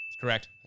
correct